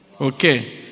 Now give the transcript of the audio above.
Okay